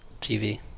TV